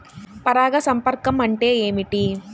పరాగ సంపర్కం అంటే ఏమిటి?